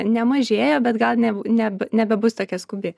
nemažėja bet gal ne ne nebebus tokia skubi